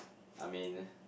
I mean